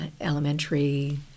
elementary